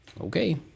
okay